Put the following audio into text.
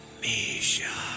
Misha